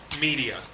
media